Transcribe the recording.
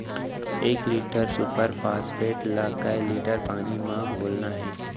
एक litre super phosphate ला कए लीटर पानी मा घोरना हे?